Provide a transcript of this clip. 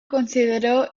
consideró